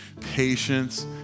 patience